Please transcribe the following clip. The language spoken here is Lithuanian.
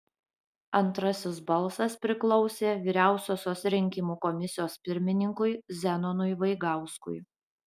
antrasis balsas priklausė vyriausiosios rinkimų komisijos pirmininkui zenonui vaigauskui